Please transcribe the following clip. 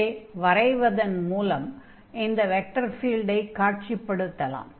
இதை வரைவதன் மூலம் இந்த வெக்டர் ஃபீல்டை காட்சிப்படுத்தலாம்